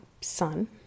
son